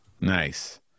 Nice